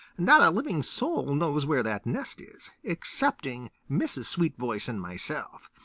not a living soul knows where that nest is, excepting mrs. sweetvoice and myself.